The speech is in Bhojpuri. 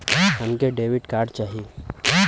हमके डेबिट कार्ड चाही?